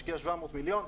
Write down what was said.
השקיעה 700 מיליון,